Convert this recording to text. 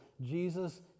Jesus